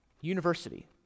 university